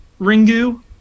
Ringu